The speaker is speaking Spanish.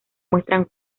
muestran